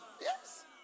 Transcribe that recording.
Yes